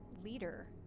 leader